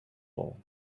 all